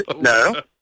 No